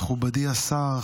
מכובדי השר,